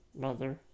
mother